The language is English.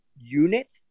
unit